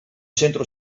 centro